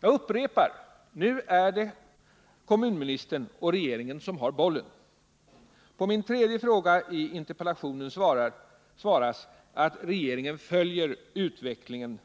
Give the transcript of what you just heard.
Jag upprepar: Nu är det kommunministern och regeringen som har bollen. På min tredje fråga i interpellationen svaras att regeringen följer utvecklingen